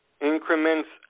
increments